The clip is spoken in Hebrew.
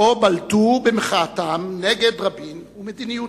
או בלטו במחאתן נגד רבין ומדיניותו.